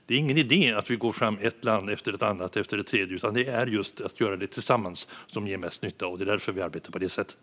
Det är ingen idé att ett land efter ett annat efter ett tredje går fram, utan det gäller att göra det tillsammans. Det är det som ger mest nytta, och det är därför vi arbetar på det sättet.